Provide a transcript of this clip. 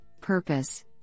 purpose